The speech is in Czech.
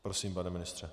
Prosím, pane ministře.